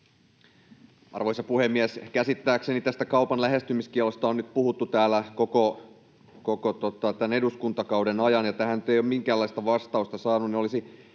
Arvoisa puhemies! Käsittääkseni tästä kaupan lähestymiskiellosta on nyt puhuttu täällä koko tämän eduskuntakauden ajan, ja kun tähän nyt ei ole minkäänlaista vastausta saatu,